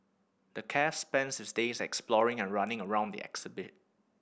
the calf spends his days exploring and running around the exhibit